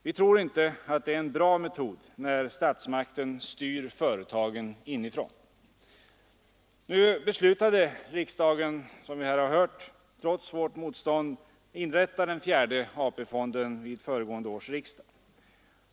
Vi tror inte att det är en bra metod när statsmakten styr företagen inifrån, Nu beslutade riksdagen, som här redan har sagts, trots vårt motstånd att inrätta den fjärde AP-fonden vid föregående års riksdag.